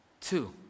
Two